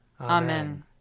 Amen